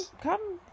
come